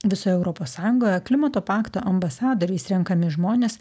visoje europos sąjungoje klimato pakto ambasadoriais renkami žmonės